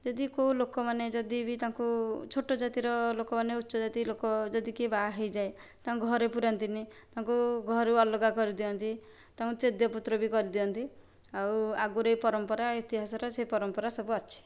ଯଦି କେଉଁ ଲୋକମାନେ ଯଦି ବି ତାଙ୍କୁ ଛୋଟ ଜାତିର ଲୋକମାନେ ଉଚ୍ଚ ଜାତି ଲୋକ ଯଦି କିଏ ବାହା ହୋଇଯାଏ ତାଙ୍କୁ ଘରେ ପୁରାନ୍ତିନି ତାଙ୍କୁ ଘରୁ ଅଲଗା କରିଦିଅନ୍ତି ତାଙ୍କୁ ତେଜ୍ୟ ପୁତ୍ର ବି କରିଦିଅନ୍ତି ଆଉ ଆଗରୁ ଏ ପରମ୍ପରା ଇତିହାସର ସେ ପରମ୍ପରା ସବୁ ଅଛି